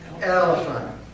elephant